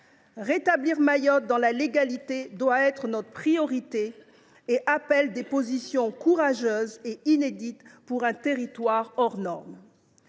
Rétablir Mayotte dans la légalité doit être notre priorité ; cela nécessite de prendre des positions courageuses et inédites pour un territoire hors norme.